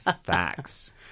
facts